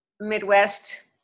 midwest